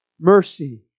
mercy